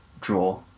draw